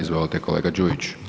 Izvolite kolega Đujić.